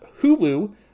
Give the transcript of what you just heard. hulu